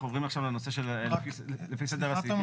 אנחנו עוברים עכשיו לפי סדר הסעיפים.